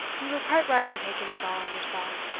you were quite right in taking it all on yourself,